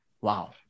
Wow